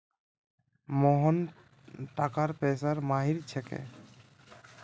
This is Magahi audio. मोहन टाका पैसार माहिर छिके